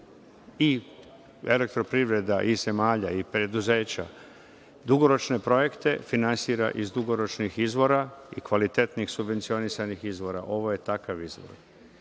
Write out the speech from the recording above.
i elektroprivreda i zemlja i preduzeća dugoročne projekte finansira iz dugoročnih izvora, kvalitetnih subvencionisanih izvora. Ovo je takav izvor.